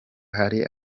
hari